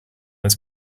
his